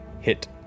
hit